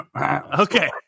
Okay